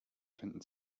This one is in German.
finden